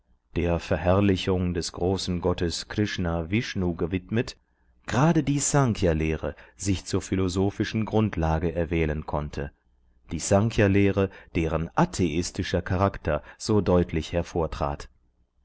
der verherrlichung des großen gottes krishna vishnu gewidmet gerade die snkhya lehre sich zur philosophischen grundlage erwählen konnte die snkhya lehre deren atheistischer charakter so deutlich hervortrat